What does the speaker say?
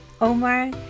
Omar